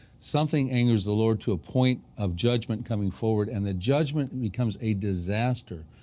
something angers the lord to a point of judgment coming forward. and the judgment and becomes a disaster,